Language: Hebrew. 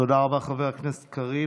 תודה רבה, חבר הכנסת קריב.